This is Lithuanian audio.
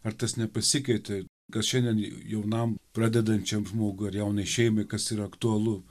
ar tas nepasikeitė kas šiandien jaunam pradedančiam žmogui ar jaunai šeimai kas yra aktualu